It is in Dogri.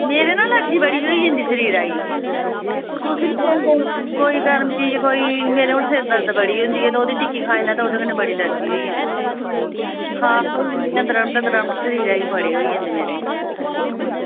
मिगी ना एलर्जी बड़ी होई जंदी शरीरै गी कोई गर्म चीज़ कोई मेरे सिर बड़ी दर्द होंदी ऐ ते टिक्की खाई लैं ते ओह्दे कन्नै बड़ी एलर्जी होई जंदी ऐ ते इंया द्रमट द्रमट शरीरै ई बड़े होई जंदे मेरे